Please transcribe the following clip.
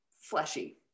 fleshy